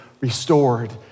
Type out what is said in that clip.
restored